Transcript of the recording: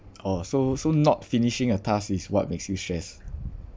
oh so so not finishing a task is what makes you stressed